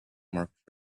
mark